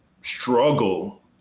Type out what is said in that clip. struggle